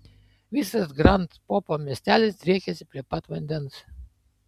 visas grand popo miestelis driekiasi prie pat vandens